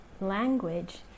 language